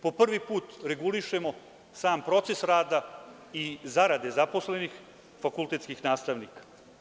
Po prvi put regulišemo sam proces rada i zarade zaposlenih fakultetskih nastavnika.